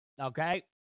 okay